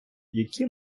які